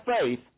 faith